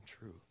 true